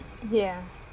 ya